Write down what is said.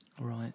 Right